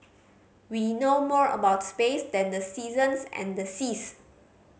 we know more about space than the seasons and the seas